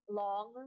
long